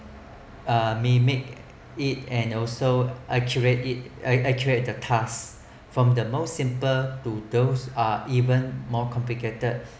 uh mimic it and also accurate it accurate the tasks from the most simple to those that are even more complicated